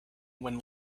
when